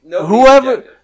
Whoever